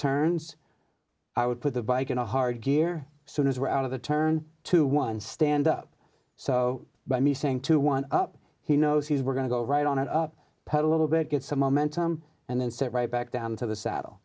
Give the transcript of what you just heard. turns i would put the bike in a hard gear soon as we're out of the turn to one stand up so by me saying twenty one up he knows he's we're going to go right on it up put a little bit get some momentum and then sit right back down into the saddle